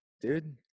dude